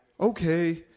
Okay